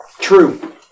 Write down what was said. True